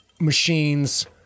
machines